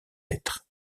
être